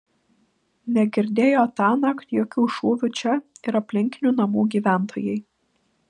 negirdėjo tąnakt jokių šūvių čia ir aplinkinių namų gyventojai